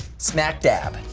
smack dab.